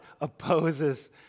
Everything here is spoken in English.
opposes